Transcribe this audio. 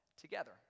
together